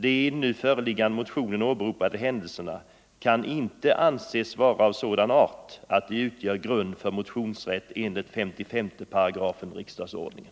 De i den nu föreliggande motionen åberopade händelserna kan inte anses vara av sådan art att de utgör grund för motionsrätt enligt 55 § riksdagsordningen.